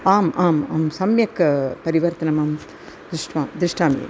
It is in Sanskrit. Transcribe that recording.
आम् आम् आम् सम्यक् परिवर्तनम् आम् दृष्ट्वा दृष्टामि एव